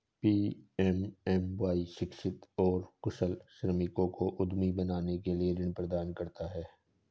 PMMY शिक्षित और कुशल श्रमिकों को उद्यमी बनने के लिए ऋण प्रदान करता है